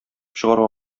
чыгарга